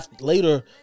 later